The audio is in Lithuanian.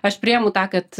aš priimu tą kad